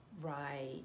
Right